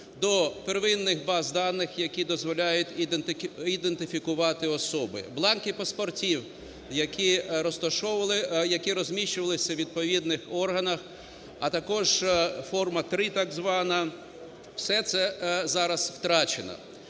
до первинних баз даних, які дозволяють ідентифікувати особи. Бланки паспортів, які розміщувалися у відповідних органах, а також Форма 3 так звана, все це зараз втрачено.